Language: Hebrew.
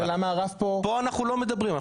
פה אנחנו לא מדברים,